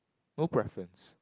no preference